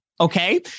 okay